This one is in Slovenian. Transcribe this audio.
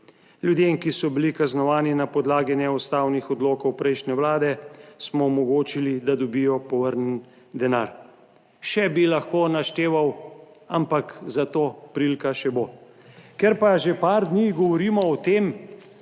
Ljudem, ki so bili kaznovani na podlagi neustavnih odlokov prejšnje vlade, smo omogočili, da dobijo povrnjen denar. Še bi lahko našteval, ampak za to prilika še bo. Ker pa že par dni govorimo o tem,